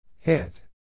Hit